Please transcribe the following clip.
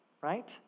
right